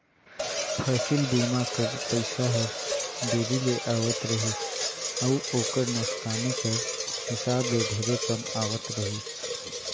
फसिल बीमा कर पइसा हर देरी ले आवत रहिस अउ ओकर नोसकानी कर हिसाब ले ढेरे कम आवत रहिस